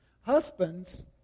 Husbands